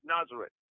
Nazareth